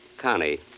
Connie